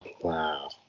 Wow